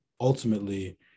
ultimately